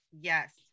Yes